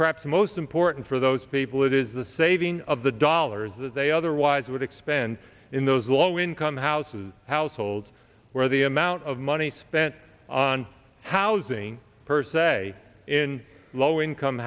perhaps most important for those people it is the saving of the dollars that they otherwise would expand in those low income houses households where the amount of money spent on housing per se in a low income